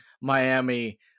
Miami